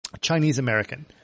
Chinese-American –